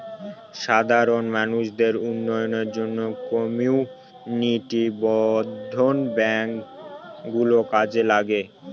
সাধারণ মানুষদের উন্নয়নের জন্য কমিউনিটি বর্ধন ব্যাঙ্ক গুলো কাজে লাগে